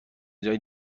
جای